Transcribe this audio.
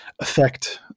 affect